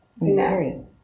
No